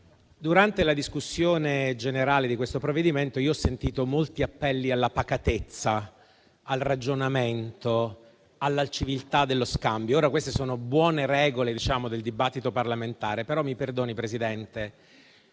durante la discussione generale questo provvedimento, ho sentito molti appelli alla pacatezza, al ragionamento, alla civiltà dello scambio. Queste sono buone regole del dibattito parlamentare. Però, mi perdoni, Presidente: